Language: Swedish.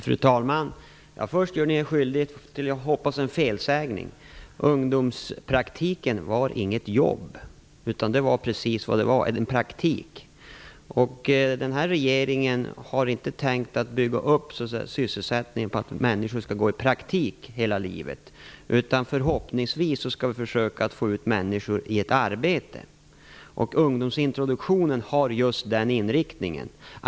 Fru talman! Först gör Sven Bergström sig skyldig till en, hoppas jag, felsägning. Ungdomspraktiken var inget jobb, utan det var precis som det heter, en praktik. Den här regeringen har inte tänkt att bygga upp sysselsättningen på att människor skall gå i praktik hela livet. Vi skall förhoppningsvis försöka att få ut människor i ett arbete. Ungdomsintroduktionen har just den inriktningen.